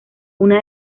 una